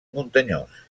muntanyós